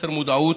שמחוסר מודעות